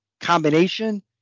combination